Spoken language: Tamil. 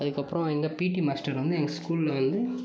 அதுக்கப்புறோம் எங்கள் பீட்டி மாஸ்டர் வந்து எங்கள் ஸ்கூலில் வந்து